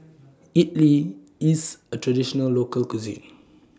Idili IS A Traditional Local Cuisine